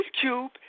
Cube